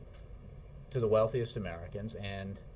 to the wealthiest americans and